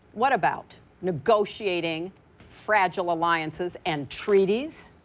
what about negotiating fragile alliances and treaties.